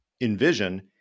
envision